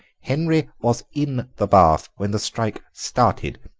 henry was in the bath when the strike started.